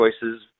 choices